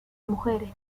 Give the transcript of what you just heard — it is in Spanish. mujeres